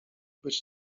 być